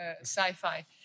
sci-fi